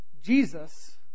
Jesus